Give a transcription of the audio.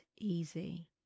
easy